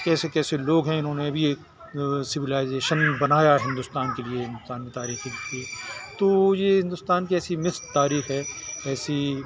کیسے کیسے لوگ ہیں انہوں نے بھی ایک سویلائزیشن بنایا ہندوستان کے لیے ہندوستان کی تاریخ کی تو یہ ہندوستان کی ایسی مکس تاریخ ہے ایسی